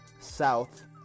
South